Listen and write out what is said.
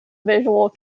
visual